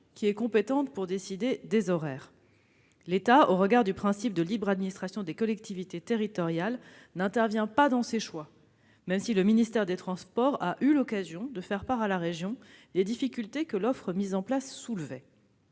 qui est compétente pour décider des horaires. L'État, au regard du principe de libre administration des collectivités territoriales, n'intervient pas dans ces choix, même si le ministère des transports a eu l'occasion de faire part à la région des difficultés que l'offre mise en place soulevait.